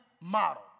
model